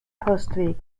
postweg